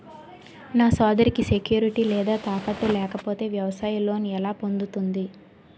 నా సోదరికి సెక్యూరిటీ లేదా తాకట్టు లేకపోతే వ్యవసాయ లోన్ ఎలా పొందుతుంది?